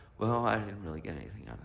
well, i didn't really get anything out